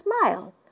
smile